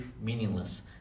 meaningless